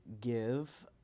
give